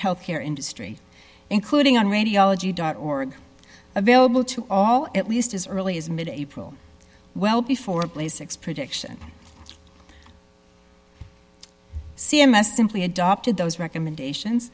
health care industry including on radiology dot org available to all at least as early as mid april well before place six prediction c m s simply adopted those recommendations